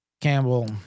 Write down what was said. Campbell